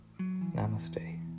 Namaste